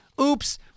Oops